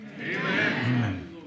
Amen